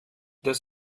dass